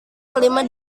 kelima